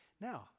Now